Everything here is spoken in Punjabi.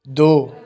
ਦੋ